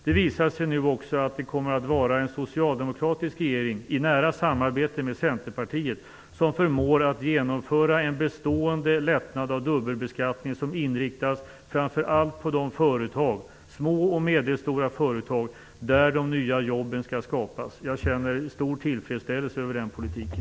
Det visar sig nu att det kommer att vara en socialdemokratisk regering i nära samarbete med Centerpartiet som förmår att genomföra en bestående lättnad av dubbelbeskattningen som inriktas framför allt på de små och medelstora företag där de nya jobben skall skapas. Jag känner stor tillfredsställelse över den politiken.